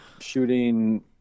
shooting